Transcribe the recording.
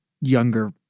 younger